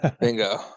Bingo